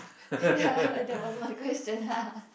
ya that was my question